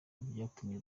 byatumye